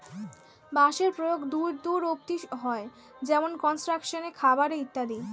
বাঁশের প্রয়োগ দূর দূর অব্দি হয়, যেমন কনস্ট্রাকশন এ, খাবার এ ইত্যাদি